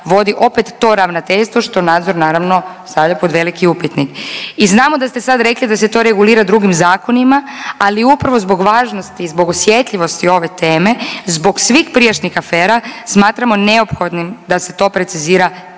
vodi opet to ravnateljstvo što nadzor naravno stavlja pod veliki upitnik. I znamo da ste sad rekli da se to regulira drugim zakonima, ali upravo zbog važnosti, zbog osjetljivosti ove teme, zbog svih prijašnjih afera smatramo neophodnim da se to precizira